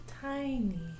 Tiny